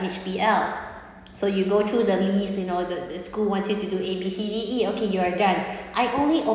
H_B_L so you go through the list you know the the school wants you to do A B C D E okay you are done I only